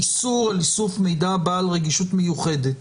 איסור על איסוף מידע בעל רגישות מיוחדת.